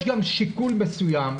יש גם שיקול מסוים,